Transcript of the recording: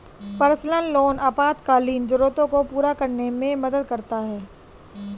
personal loan आपातकालीन जरूरतों को पूरा करने में मदद कर सकता है